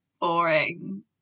boring